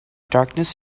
darkness